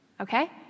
okay